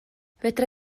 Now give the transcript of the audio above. fedra